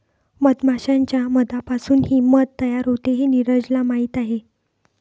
मधमाश्यांच्या मधापासूनही मध तयार होते हे नीरजला माहीत आहे